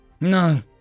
No